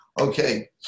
Okay